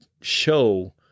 show